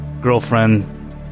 girlfriend